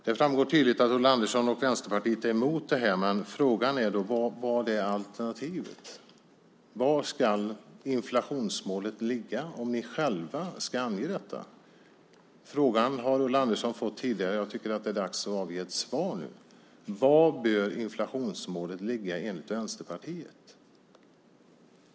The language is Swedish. Det framgår tydligt att Ulla Andersson och Vänsterpartiet är emot det här. Men frågan är: Vad är alternativet? Var ska inflationsmålet ligga om ni själva ska ange detta? Ulla Andersson har fått frågan tidigare, och jag tycker att det är dags att avge ett svar nu. Var bör inflationsmålet ligga enligt Vänsterpartiet?